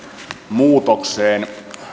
muutokseen